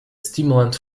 stimulant